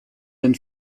den